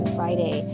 Friday